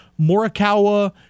Morikawa